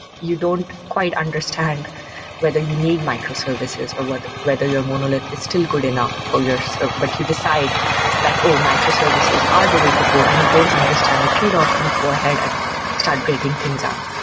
you don't quite understand whether you need microservices or whether your monolith is still good enough for your server. but you decide that, oh! microservices are the way to go, and you don't understand the tradeoffs and you go ahead and start breaking things up.